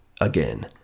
again